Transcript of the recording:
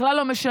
בכלל לא משנה,